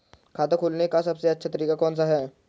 खाता खोलने का सबसे अच्छा तरीका कौन सा है?